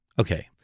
Okay